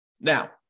Now